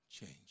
change